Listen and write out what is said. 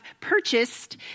purchased